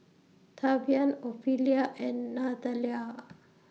Tavian Ophelia and Nathalia